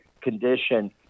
condition